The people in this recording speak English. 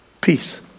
Peace